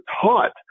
taught